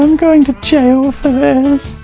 um going to jail for